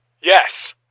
Yes